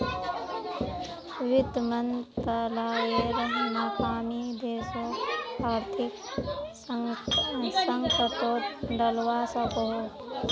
वित मंत्रालायेर नाकामी देशोक आर्थिक संकतोत डलवा सकोह